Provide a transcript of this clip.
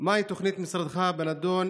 3. מה היא תוכנית משרדך בנדון,